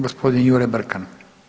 Gospodin Jure Brkan.